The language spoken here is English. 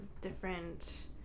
different